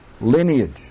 lineage